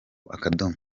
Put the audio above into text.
akadomo